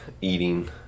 eating